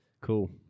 Cool